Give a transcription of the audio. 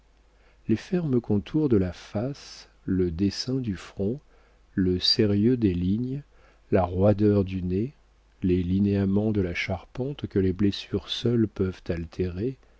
les fermes contours de la face le dessin du front le sérieux des lignes la roideur du nez les linéaments de la charpente que les blessures seules peuvent altérer